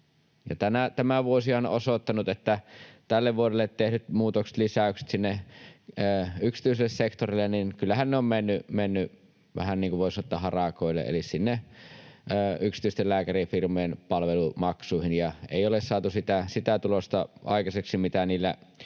Tämä vuosi on osoittanut, että tälle vuodelle tehdyt muutokset ja lisäykset sinne yksityiselle sektorille ovat kyllä menneet vähän, voisi sanoa, harakoille, eli sinne yksityisten lääkärifirmojen palvelumaksuihin, ja ei ole saatu sitä tulosta aikaiseksi, mitä niillä